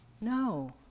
No